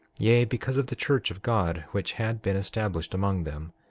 yea, because of the church of god, which had been established among them.